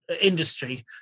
industry